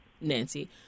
Nancy